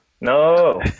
No